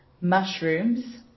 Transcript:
mushrooms